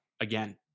again